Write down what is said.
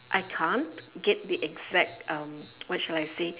I can't get the exact um what shall I say